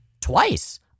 Twice